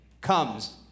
comes